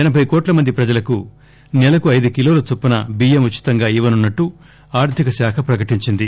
ఎనబై కోట్ల మంది ప్రజలకు నెలకు ఐదు కిలోల చొప్పున బియ్యం ఉచితంగా ఇవ్వనున్నట్టు ఆర్దిక శాఖ ప్రకటించింది